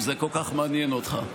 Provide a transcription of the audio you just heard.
אם זה כל כך מעניין אותך,